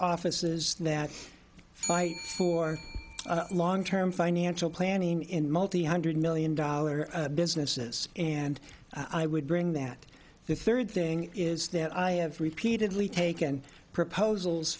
offices that fight for long term financial planning in multi hundred million dollar businesses and i would bring that the third thing is that i have repeatedly taken proposals